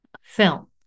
film